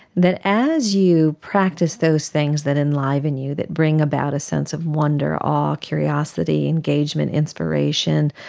that as you practice those things that enliven you, that bring about a sense of wonder, awe, curiosity, engagement, inspiration,